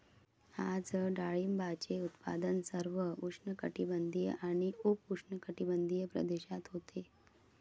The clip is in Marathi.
आज डाळिंबाचे उत्पादन सर्व उष्णकटिबंधीय आणि उपउष्णकटिबंधीय प्रदेशात होते